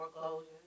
foreclosures